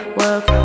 work